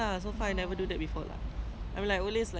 oh my god